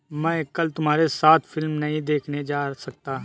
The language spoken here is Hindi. मैं कल तुम्हारे साथ फिल्म नहीं देखने जा सकता